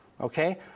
Okay